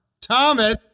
Thomas